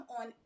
on